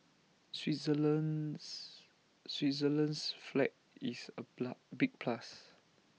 Switzerland's Switzerland's flag is A big plus